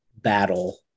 battle